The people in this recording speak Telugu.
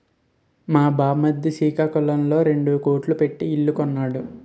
మా బామ్మర్ది సికాకులంలో రెండు కోట్లు ఎట్టి ఇల్లు కొన్నాడు